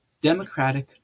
democratic